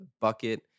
bucket